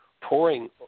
pouring